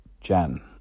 Jan